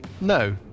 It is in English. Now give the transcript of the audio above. No